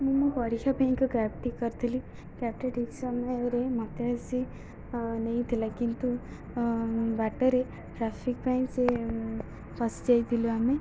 ମୁଁ ମୋ ପରୀକ୍ଷା ପାଇଁ ଏକ କ୍ୟାବ ଠିକ୍ କରିଥିଲି କ୍ୟାବଟି ଠିକ୍ ସମୟରେ ମୋତେ ଆସି ନେଇଥିଲା କିନ୍ତୁ ବାଟରେ ଟ୍ରାଫିକ୍ ପାଇଁ ସେ ଫସିଯାଇଥିଲୁ ଆମେ